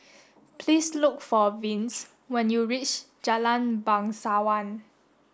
please look for Vince when you reach Jalan Bangsawan